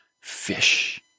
fish